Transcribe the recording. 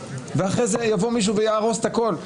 ואחרי זה יבוא מישהו ויהרוס את הכול,